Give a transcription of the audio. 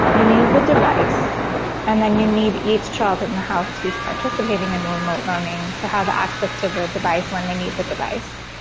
you need the device and then you need each child in the house who's participating in remote learning to have access to the device when they need the device.